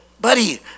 buddy